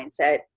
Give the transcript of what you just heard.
mindset